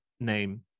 name